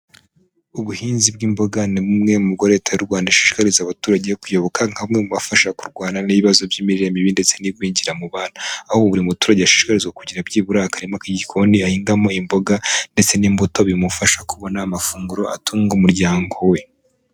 Ubuhinzi bw'imboga ni bumwe mu bwo Leta y'u Rwanda ishishikariza abaturage kuyoboka, nka bumwe mubufasha kurwana n'ibibazo by'imirire mibi, ndetse n'igwingira mu bana. Aho buri muturage ashishikarizwa kugira byibura akarima k'igikoni ahingamo imboga ndetse n'imbuto, bimufasha kubona amafunguro atunga umuryango we.